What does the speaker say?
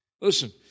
Listen